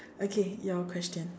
okay your question